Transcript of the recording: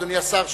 אדוני השר,